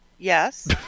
Yes